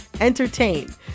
entertain